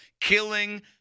Killing